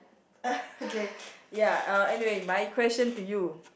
okay ya uh anyway my question to you